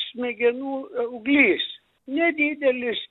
smegenų auglys nedidelis